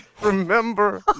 Remember